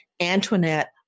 Antoinette